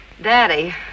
Daddy